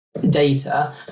data